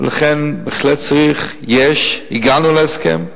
ולכן בהחלט צריך, ויש, הגענו להסכם,